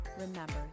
remember